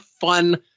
fun